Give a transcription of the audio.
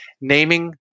naming